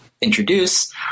introduce